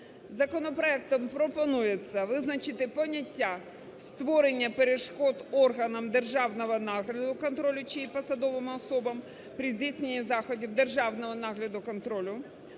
Законопроектом пропонується визначити поняття "створення перешкод органам державного нагляду (контролю) чи їх посадовим особам при здійсненні заходів державного нагляду (контролю)".